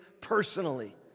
personally